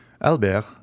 Albert